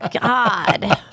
God